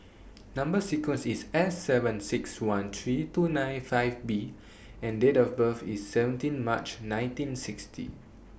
Number sequence IS S seven six one three two nine five B and Date of birth IS seventeen March nineteen sixty